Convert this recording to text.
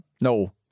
no